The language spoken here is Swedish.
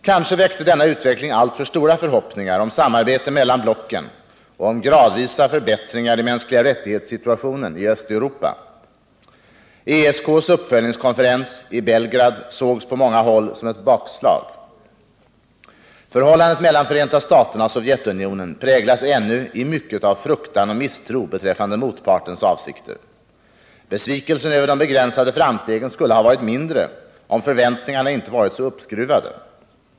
Kanske väckte denna utveckling alltför stora förhoppningar om samarbete mellan blocken och om gradvisa förbättringar i den mänskliga rättighetssituationen i öststaterna. ESK:s uppföljningskonferens i Belgrad sågs på många håll som ett bakslag. Förhållandet mellan Förenta staterna och Sovjetunionen präglas ännu i mycket av fruktan och misstro beträffande motpartens avsikter. Besvikelsen över de begränsade framstegen skulle ha varit mindre, om förväntningarna inte hade varit så uppskruvade.